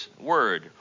word